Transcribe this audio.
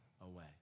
away